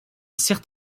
sert